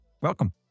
Welcome